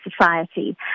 society